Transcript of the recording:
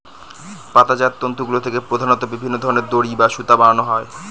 পাতাজাত তন্তুগুলা থেকে প্রধানত বিভিন্ন ধরনের দড়ি বা সুতা বানানো হয়